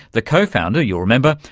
the co-founder, you'll remember,